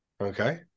Okay